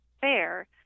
fair